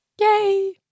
Yay